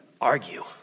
argue